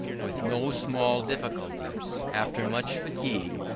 with no small difficulty after much fatigue,